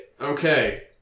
Okay